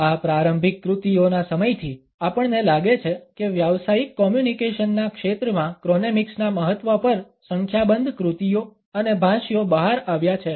આ પ્રારંભિક કૃતિઓના સમયથી આપણને લાગે છે કે વ્યાવસાયિક કોમ્યુનિકેશનના ક્ષેત્રમાં ક્રોનેમિક્સના મહત્વ પર સંખ્યાબંધ કૃતિઓ અને ભાષ્યો બહાર આવ્યા છે